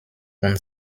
und